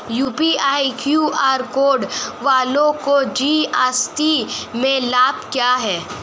UPI QR code वालों को GST में लाभ क्या है?